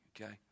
okay